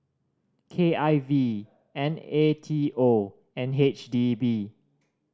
K I V N A T O and H D B